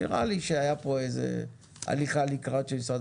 נראה לי שהיתה פה איזושהי הליכה לקראת של משרד